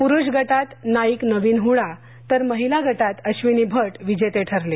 पूरुष गटात नाईक नवीन हडा तर महिला गटात अश्वनी भट विजेते ठरले